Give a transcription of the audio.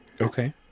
Okay